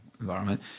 environment